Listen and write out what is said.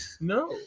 No